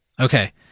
Okay